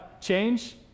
Change